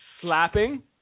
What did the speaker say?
slapping